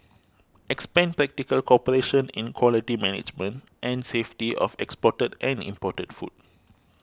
expand practical cooperation in quality management and safety of exported and imported food